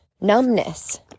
numbness